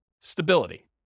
stability